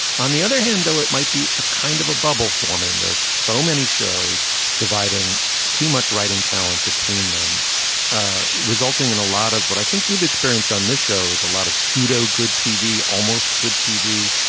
on the other hand though it might be a kind of a bubble forming. there are so many shows dividing too much writing talent between them resulting in a lot of what i think we've experienced on this show is a lot of pseudo good tv almost good tv.